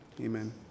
amen